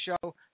show